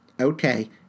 Okay